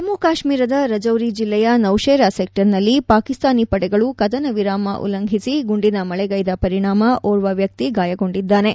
ಜಮ್ಮು ಕಾಶ್ಮೀರದ ರಜೌರಿ ಜಿಲ್ಲೆಯ ನೌಶೇರಾ ಸೆಕ್ಸರ್ನಲ್ಲಿ ಪಾಕಿಸ್ತಾನಿ ಪಡೆಗಳು ಕದನ ವಿರಾಮ ಉಲ್ಲಂಘಿಸಿ ಗುಂಡಿನ ಮಳೆಗೈದ ಪರಿಣಾಮ ಓರ್ವ ವ್ಯಕ್ತಿ ಗಾಯಗೊಂಡಿದ್ದಾನೆ